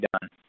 done